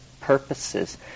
purposes